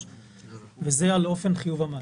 והיא לגבי אופן חיוב המס.